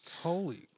Holy